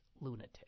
lunatic